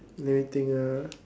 let me think ah